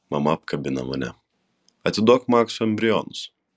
mama apkabina mane atiduok maksui embrionus